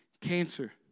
cancer